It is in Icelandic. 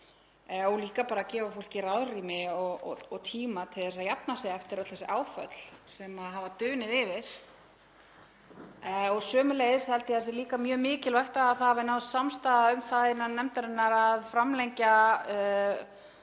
Líka bara að gefa fólki ráðrúm og tíma til að jafna sig eftir öll þessi áföll sem hafa dunið yfir. Sömuleiðis held ég að það sé mjög mikilvægt að það hafi náðst samstaða um það innan nefndarinnar að framlengja